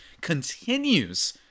continues